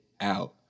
out